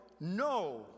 no